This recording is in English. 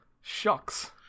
Shocks